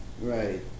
Right